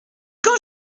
quand